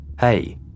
Hey